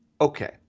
okay